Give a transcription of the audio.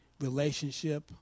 relationship